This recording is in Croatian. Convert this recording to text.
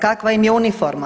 Kakva im je uniforma?